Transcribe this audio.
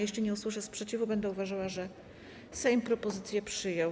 Jeśli nie usłyszę sprzeciwu, będę uważała, że Sejm propozycję przyjął.